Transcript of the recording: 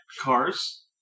cars